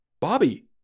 Bobby